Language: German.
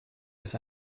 ist